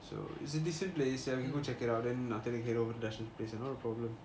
so it's a decent place ya we can go check it out then after that we can go over to dashain's place ya not a problem